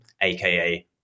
aka